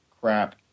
crap